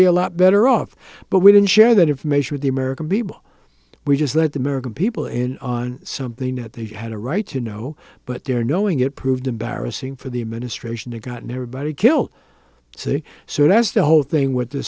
be a lot better off but we didn't share that of measure of the american people we just let the american people in on something that they had a right to know but their knowing it proved embarrassing for the administration to gotten everybody killed saying so that's the whole thing with the